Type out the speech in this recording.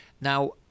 now